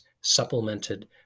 supplemented